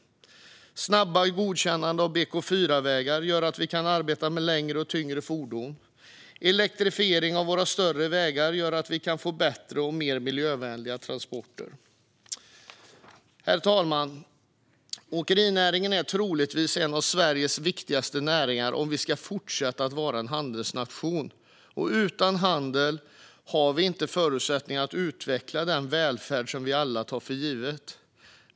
Snabbare godkännande av BK4-vägar gör att vi kan arbeta med längre och tyngre fordon. Elektrifiering av våra större vägar gör att vi kan få bättre och mer miljövänliga transporter. Herr talman! Åkerinäringen är troligtvis en av Sveriges viktigaste näringar om vi ska fortsätta vara en handelsnation, och utan handel har vi inte förutsättningar att utveckla den välfärd som vi alla tar för given.